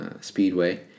speedway